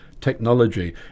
technology